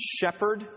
shepherd